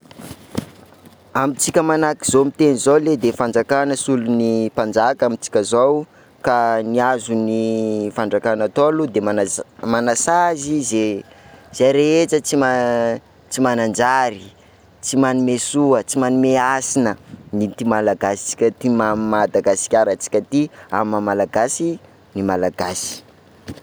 Amintsika manahaky zao miteny zao ley de fanjakana solon'ny mpanjaka amintsika zao, ka ny azon'ny fanjakana atao lo de ny manaz- manasazy zay- zay rehetra tsy mananjary, tsy manome soa, tsy manome hasina ny- ty Malagasitsika ty, mam- Madagasikaratsika ty amin' ny mahamalagasy ny Malagasy.